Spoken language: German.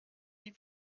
die